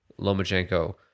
Lomachenko